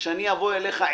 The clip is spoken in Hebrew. כאשר אבוא אליך,